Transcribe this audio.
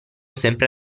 sempre